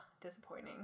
disappointing